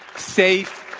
safe,